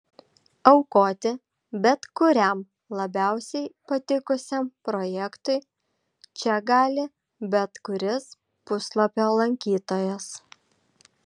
aukoti bet kuriam labiausiai patikusiam projektui čia gali bet kuris puslapio lankytojas